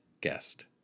guest